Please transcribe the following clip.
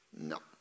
No